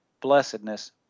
blessedness